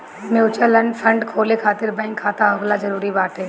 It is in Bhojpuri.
म्यूच्यूअल फंड खोले खातिर बैंक खाता होखल जरुरी बाटे